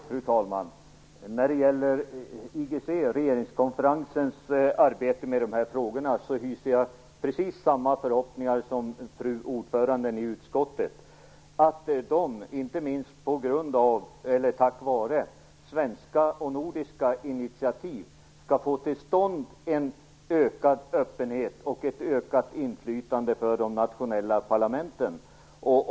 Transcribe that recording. Fru talman! När det gäller regeringskonferensens arbete med de här frågorna hyser jag precis samma förhoppningar som fru ordföranden i utskottet, nämligen att regeringskonferensen, inte minst tack vare svenska och nordiska initiativ, skall få till stånd en ökad öppenhet och ett ökat inflytande för de nationella parlamenten.